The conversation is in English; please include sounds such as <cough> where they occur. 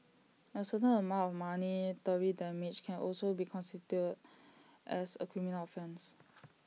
A certain amount of monetary <unintelligible> damage can also be constituted as A criminal offence